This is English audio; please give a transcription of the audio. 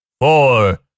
four